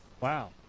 Wow